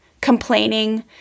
complaining